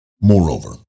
Moreover